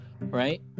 right